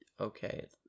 okay